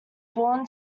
born